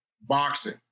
boxing